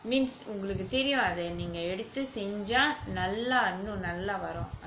means உங்களுக்கு தெரியும் அது நீங்க எடுத்து செஞ்சா நல்லா இன்னும் நல்லா வரும்:ungalukku theriyum athu neenga eduthu senjaa nallaa varum